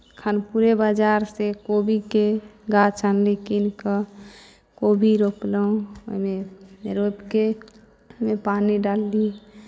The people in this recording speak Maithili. खानपुरे बाजारसँ कोबीके गाछ अनली कीनि कऽ कोबी रोपलहुँ ओहिमे जरूरत के ओहिमे पानि डालली